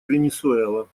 венесуэла